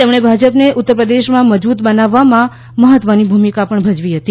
તેમણે ભાજપને ઉત્તરપ્રદેશમાં મજબૂત બનાવવામાં મહત્વની ભૂમિકા ભજવી હતી